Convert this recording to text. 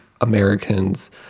Americans